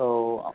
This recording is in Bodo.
औ